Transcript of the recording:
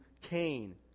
Cain